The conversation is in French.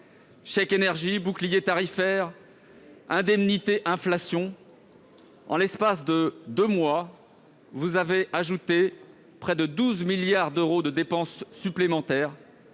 Chèque énergie, bouclier tarifaire, indemnité inflation : en l'espace de deux mois, vous avez ajouté près de 12 milliards d'euros de dépenses supplémentaires